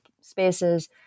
spaces